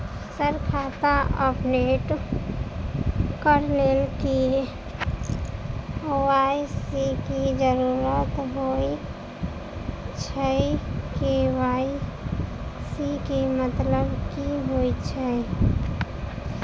Sir खाता update करऽ लेल के.वाई.सी की जरुरत होइ छैय इ के.वाई.सी केँ मतलब की होइ छैय?